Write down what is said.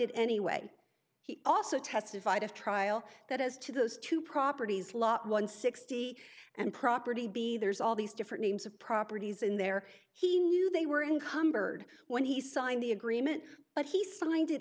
it anyway he also testified at trial that as to those two properties lot one sixty and property b there's all these different names of properties in there he knew they were encumbered when he signed the agreement but he signed it